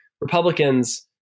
Republicans